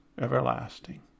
everlasting